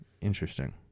interesting